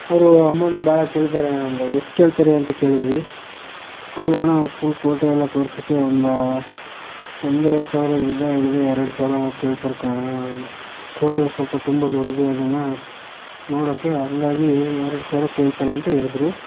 ಅವರು ಅಮೌಂಟ್ ಭಾಳ ಕೇಳ್ತಾರೆ ಅಣ್ಣಾ ಅಂದ ಎಷ್ಟು ಕೇಳ್ತಾರೆ ಅಂತ ಕೇಳಿದ್ವಿ ಅವರು ಅಣ್ಣಾ ಫುಲ್ ಕೋಟೆ ಎಲ್ಲ ತೋರ್ಸೋಕ್ಕೆ ಒಂದು ಒಂದೂವರೆ ಸಾವಿರದಿಂದ ಹಿಡಿದು ಎರಡು ಸಾವಿರ ಕೇಳ್ತಾರೆ ಕಣಣ್ಣಾ ಕೋಟೆ ಸ್ವಲ್ಪ ತುಂಬ ದೊಡ್ಡದು ಹೌದಣಾ ನೋಡೋಕ್ಕೆ ಹಾಗಾಗಿ ಎರಡು ಸಾವಿರ ಕೇಳ್ತಾರೆ ಅಂತ ಹೇಳಿದರು